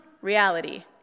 Reality